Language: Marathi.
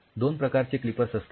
दोन प्रकारचे क्लिपर्स असतात